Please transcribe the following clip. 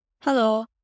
Hello